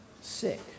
sick